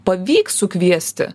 pavyks sukviesti